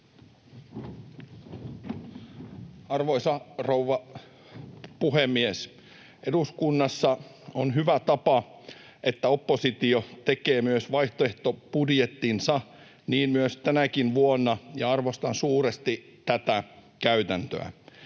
Arvoisa rouva puhemies! Eduskunnassa on hyvä tapa se, että oppositio myös tekee vaihtoehtobudjettinsa, niin myös tänä vuonna. Arvostan suuresti tätä käytäntöä.